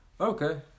okay